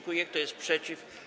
Kto jest przeciw?